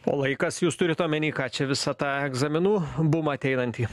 o laikas jūs turit omeny ką čia visą tą egzaminų bumą ateinantį